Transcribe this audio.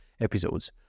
episodes